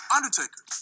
Undertaker